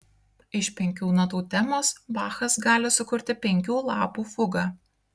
iš penkių natų temos bachas gali sukurti penkių lapų fugą